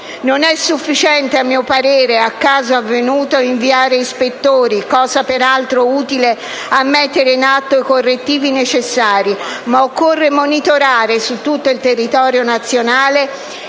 Non è sufficiente - a mio parere - a caso avvenuto, inviare ispettori - cosa, peraltro, utile a mettere in atto i correttivi necessari - ma occorre monitorare su tutto il territorio nazionale